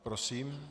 Prosím.